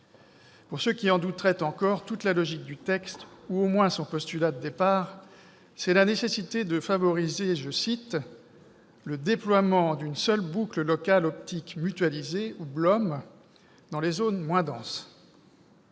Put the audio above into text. Pour ceux qui en douteraient encore, toute la logique du texte, ou au moins son postulat de départ, c'est la nécessité de favoriser « le déploiement d'une seule boucle locale optique mutualisée, ou BLOM, dans les zones moins denses ».